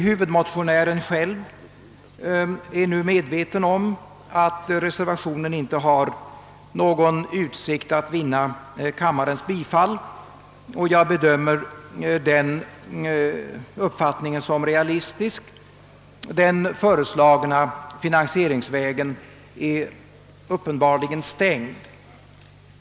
Huvudmotionären är själv medveten om att reservationen inte har någon utsikt att vinna kammarens bifall, och jag bedömer den uppfattningen som realistisk — den föreslagna finansieringsvägen är uppenbarligen stängd.